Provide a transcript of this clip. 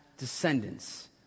Descendants